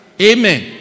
Amen